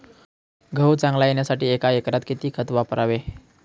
गहू चांगला येण्यासाठी एका एकरात किती खत वापरावे?